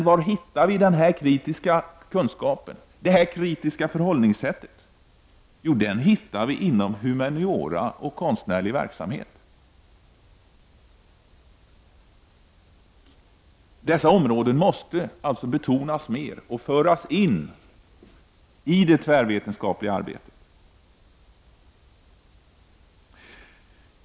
Var hittar vi denna kritiska kunskap, detta kritiska förhållningssätt? Jo, inom humaniora och konstnärlig verksamhet. Dessa områden måste betonas mer och föras in i det tvärvetenskapliga arbetet.